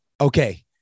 okay